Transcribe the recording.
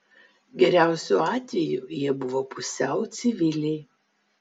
geriausiu atveju jie buvo pusiau civiliai